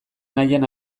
nahian